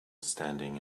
standing